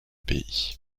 pays